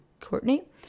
Courtney